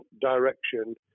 direction